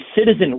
citizen